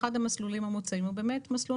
אחד המסלולים המוצעים הוא באמת מסלול